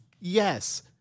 yes